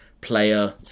player